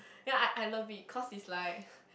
then I I love it cause it's like